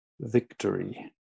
victory